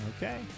Okay